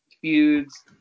feuds